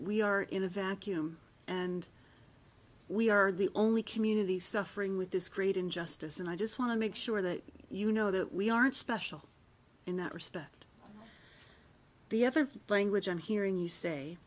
we are in a vacuum and we are the only community suffering with this great injustice and i just want to make sure that you know that we aren't special in that respect the ever language i'm hearing you say